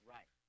Right